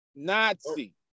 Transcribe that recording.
Nazi